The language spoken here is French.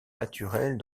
naturelle